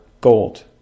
gold